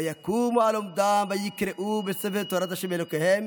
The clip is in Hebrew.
ויקומו על עמדם ויקראו בספר תורת ה' אלהיהם